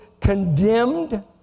condemned